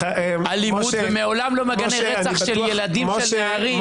אלימות ומעולם לא מגנה רצח של ילדים ונערים.